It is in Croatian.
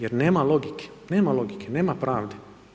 Jer nema logike, nema logike, nema prave.